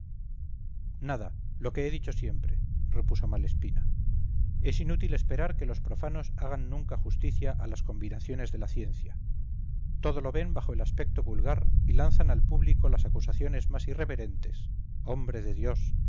nada lo que he dicho siempre repuso malespina es inútil esperar que los profanos hagan nunca justicia a las combinaciones de la ciencia todo lo ven bajo el aspecto vulgar y lanzan al público las acusaciones más irreverentes hombre de dios